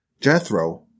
Jethro